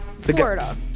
Florida